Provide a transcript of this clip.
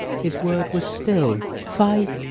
his word was still fie,